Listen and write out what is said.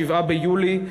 7 ביולי.